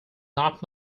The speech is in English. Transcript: not